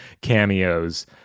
cameos